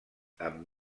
amb